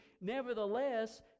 nevertheless